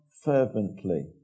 fervently